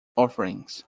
offerings